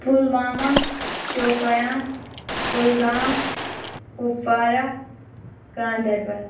Pulwama Shopian Kulgam Kupwara Ganderbal